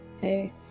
Hey